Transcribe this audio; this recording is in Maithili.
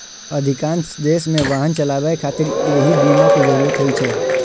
अधिकांश देश मे वाहन चलाबै खातिर एहि बीमा के जरूरत होइ छै